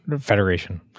Federation